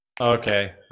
Okay